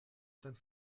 cinq